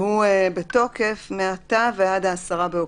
שהיא בתוקף מעתה עד 10 באוקטובר.